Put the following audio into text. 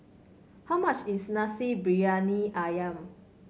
how much is Nasi Briyani ayam